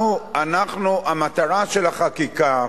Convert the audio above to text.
המטרה של החקיקה,